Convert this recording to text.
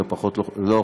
זה לא חשוב,